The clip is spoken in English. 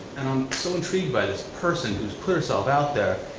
and i'm so intrigued by this person who's put herself out there,